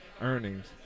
earnings